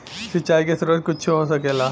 सिंचाइ के स्रोत कुच्छो हो सकेला